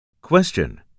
Question